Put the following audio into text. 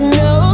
no